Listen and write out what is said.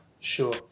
Sure